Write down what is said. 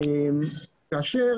כאשר